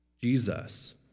Jesus